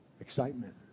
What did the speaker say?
excitement